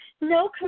No